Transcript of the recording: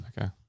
Okay